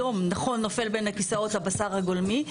היום, נכון, נופל בין הכיסאות הבשר הגולמי.